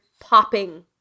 popping